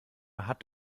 hat